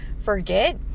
forget